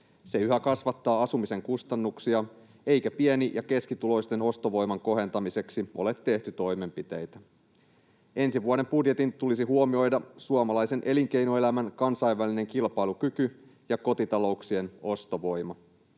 Se yhä kasvattaa asumisen kustannuksia, eikä pieni- ja keskituloisten ostovoiman kohentamiseksi ole tehty toimenpiteitä. Ensi vuoden budjetin tulisi huomioida suomalaisen elinkeinoelämän kansainvälinen kilpailukyky ja kotitalouksien ostovoima.